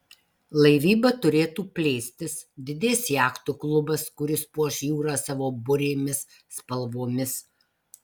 laivyba turėtų plėstis didės jachtų klubas kuris puoš jūrą savo burėmis spalvomis